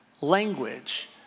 language